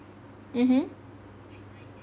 mmhmm